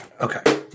Okay